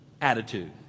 Attitude